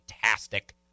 fantastic